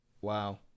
Wow